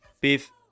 Beef